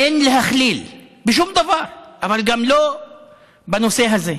אין להכליל בשום דבר, אבל גם לא בנושא הזה.